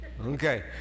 Okay